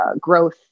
growth